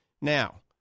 Now